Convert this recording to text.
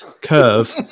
curve